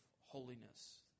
holiness